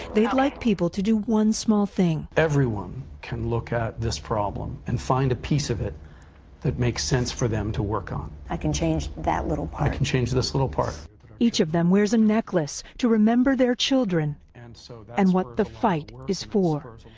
they'd like people to do one small thing. everyone can look at this problem and find a piece of it that makes sense for them to work on. i can change that little part. i can change this little part. reporter each of them wears a necklace to remember their children and so and what the fight is for.